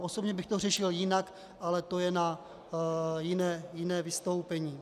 Osobně bych to řešil jinak, ale to je na jiné vystoupení.